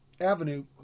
Avenue